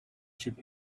sheep